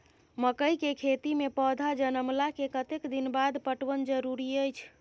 मकई के खेती मे पौधा जनमला के कतेक दिन बाद पटवन जरूरी अछि?